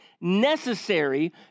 necessary